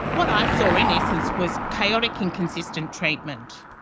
what i saw in essence was chaotic, inconsistent treatment.